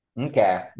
okay